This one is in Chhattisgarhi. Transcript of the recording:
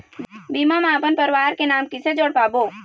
बीमा म अपन परवार के नाम किसे जोड़ पाबो?